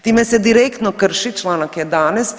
Time se direktno krši čl. 11.